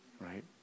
right